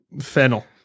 Fennel